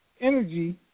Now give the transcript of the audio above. energy